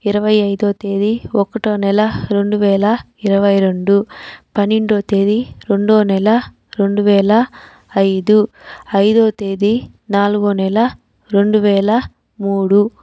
ఇరవై ఐదో తేదీ ఒకటో నెల రెండు వేల ఇరవై రెండు పన్నెండో తేదీ రెండో నెల రెండు వేల ఐదు ఐదో తేదీ నాలుగో నెల రెండు వేల మూడు